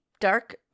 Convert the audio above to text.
dark